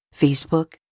Facebook